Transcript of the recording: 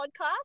podcast